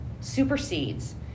supersedes